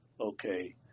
okay